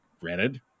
granted